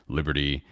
Liberty